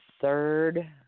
third